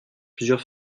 plusieurs